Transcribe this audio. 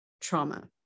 trauma